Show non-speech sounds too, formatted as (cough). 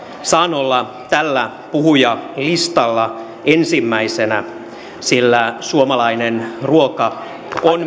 saan olla tällä puhujalistalla ensimmäisenä sillä suomalainen ruoka on (unintelligible)